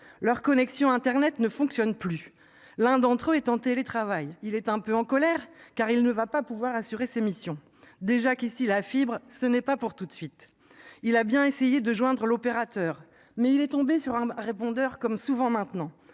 leur connexion internet ne fonctionne plus. L'un d'entre eux étant télétravail. Il est un peu en colère car il ne va pas pouvoir assurer ses missions déjà qu'ici la fibre. Ce n'est pas pour tout de suite il a bien essayé de joindre l'opérateur mais il est tombé sur un répondeur comme souvent maintenant,